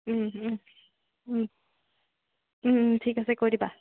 ঠিক আছে কৈ দিবা